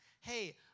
hey